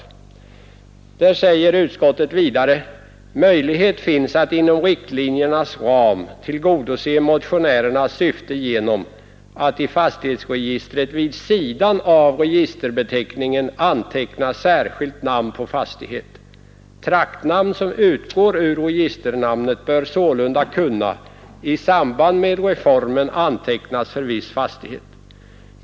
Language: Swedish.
Utskottet säger också: ”Möjlighet finns att inom riktlinjernas ram tillgodose motionärernas syften genom att i fastighetsregistret vid sidan av registerbeteckningen anteckna särskilt namn på fastighet. Traktnamn som utgår ur registernamnet bör sålunda kunna i samband med reformen antecknas för viss fastighet.